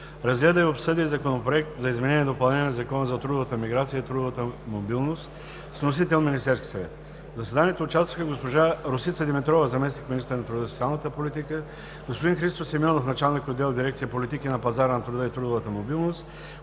разгледа и обсъди Законопроект за изменение и допълнение на Закона за трудовата миграция и трудовата мобилност, № 802-01-1, внесен от Министерския съвет. В заседанието участваха госпожа Росица Димитрова – заместник-министър на труда и социалната политика, господин Христо Симеонов – началник отдел в дирекция „Политики на пазара на труда и трудова мобилност“,